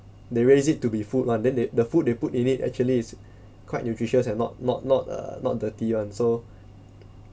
they raise it to be food one then they the food they put in it actually is quite nutritious and not not not uh not dirty one so